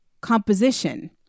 composition